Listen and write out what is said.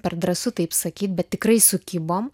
per drąsu taip sakyt bet tikrai sukibom